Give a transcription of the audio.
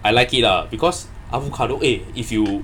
I like it because avocado eh if you